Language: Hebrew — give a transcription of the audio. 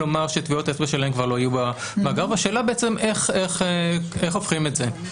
כלומר שטביעות האצבע שלהם כבר לא יהיו במאגר והשאלה איך הופכים את זה.